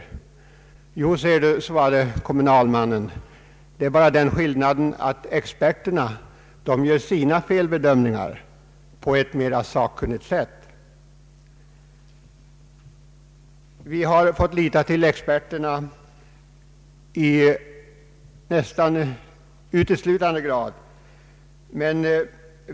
Jo, svarade kommunalmannen, det är bara den skillnaden att experterna gör sina felbedömningar på ett mera sakkunnigt sätt. Vi har nära nog uteslutande fått förlita oss på experterna.